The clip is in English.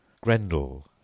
Grendel